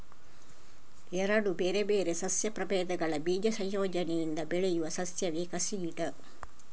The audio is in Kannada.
ಎರಡು ಬೇರೆ ಬೇರೆ ಸಸ್ಯ ಪ್ರಭೇದಗಳ ಬೀಜ ಸಂಯೋಜನೆಯಿಂದ ಬೆಳೆಯುವ ಸಸ್ಯವೇ ಕಸಿ ಗಿಡ